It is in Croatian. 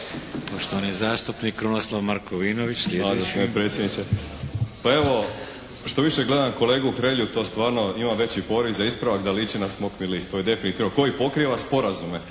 Krunoslav (HDZ)** Hvala gospodine predsjedniče. Pa evo, što više gledam kolegu Hrelju to stvarno imam veći poriv za ispravak da liči na smokvin list, to je definitivno koji pokriva sporazume.